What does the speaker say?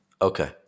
Okay